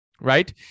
right